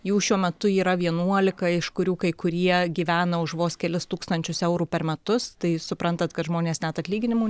jų šiuo metu yra vienuolika iš kurių kai kurie gyvena už vos kelis tūkstančius eurų per metus tai suprantat kad žmonės net atlyginimų